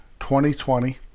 2020